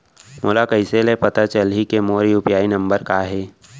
मोला कइसे ले पता चलही के मोर यू.पी.आई नंबर का हरे?